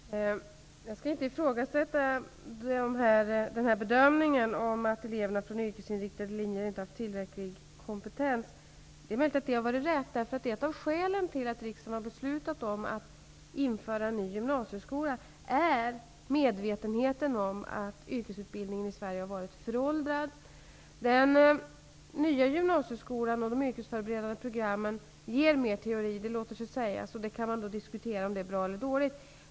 Herr talman! Jag skall inte ifrågasätta bedömningen att eleverna från yrkesinriktade linjer inte har haft tillräcklig kompetens. Det är möjligt att det är riktigt. Ett av skälen till att riksdagen har beslutat om att införa en ny gymnasieskola är nämligen medvetenheten om att yrkesutbildningen i Sverige har varit föråldrad. Den nya gymnasieskolan och de yrkesförberedande programmen ger mer teori. Det låter sig sägas. Och man kan diskutera om det är bra eller dåligt.